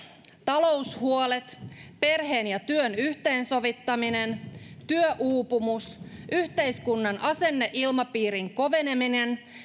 taloushuolet perheen ja työn yhteensovittaminen työuupumus yhteiskunnan asenneilmapiirin koveneminen